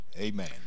amen